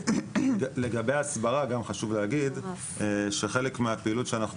לגבי הסברה גם חשוב להגיד שבחלק מהפעילות שאנחנו